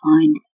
find